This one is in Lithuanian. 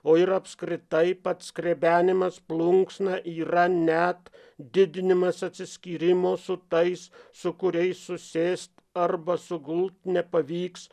o ir apskritai pats skrebinimas plunksna yra net didinimas atsiskyrimo su tais su kuriais susėst arba sugult nepavyks